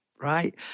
Right